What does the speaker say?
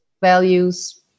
values